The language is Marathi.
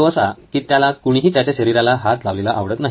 तो असा की त्याला कुणीही त्याच्या शरीराला हात लावलेला आवडत नाही